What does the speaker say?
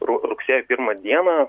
ru rugsėjo pirmą dieną